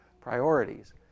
priorities